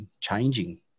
changing